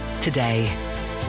today